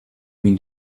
mean